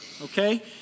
okay